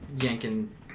yanking